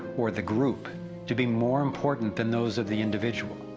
or the group to be more important, than those of the individual.